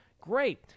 great